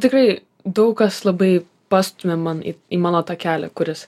tikrai daug kas labai pastumia man į į mano tą kelią kuris